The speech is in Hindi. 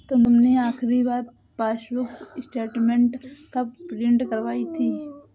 तुमने आखिरी बार पासबुक स्टेटमेंट कब प्रिन्ट करवाई थी?